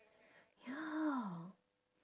ya